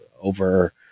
over